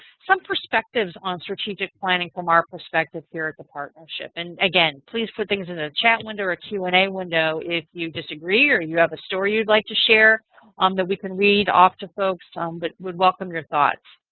some perspectives on strategic planning from our perspective here at the partnership. and again, please put things in the chat window or q and a window if you disagree or you have a story you'd like to share um that we can read off to folks. we but would welcome your thoughts.